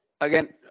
again